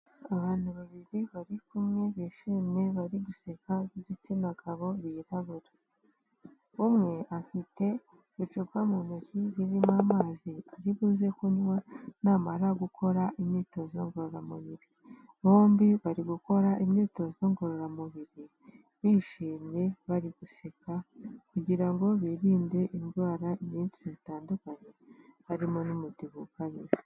Abantu babiri bari kumwe bishimye, bari guseka b'igitsina gabo, birarabura, umwe afite icupa mu ntoki ririmo amazi aribuze kunywa namara gukora imyitozo ngororamubiri, bombi bari gukora imyitozo ngororamubiri bishimye, bari guseka kugira ngo birinde indwara nyinshi zitandukanye harimo n'umubyibuho ukabije.